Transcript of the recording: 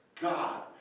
God